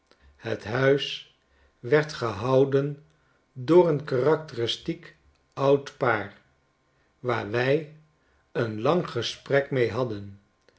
het huis werd gehouden door een karakteristiek oud paar waar wij een lang ge sprek mee hadden